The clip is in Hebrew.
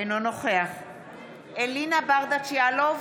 אינו נוכח אלינה ברדץ' יאלוב,